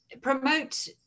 promote